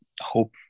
hope